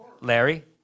Larry